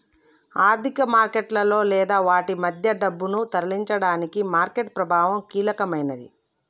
ఆర్థిక మార్కెట్లలో లేదా వాటి మధ్య డబ్బును తరలించడానికి మార్కెట్ ప్రభావం కీలకమైనది